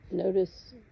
Notice